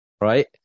right